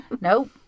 nope